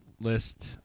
list